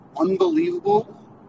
unbelievable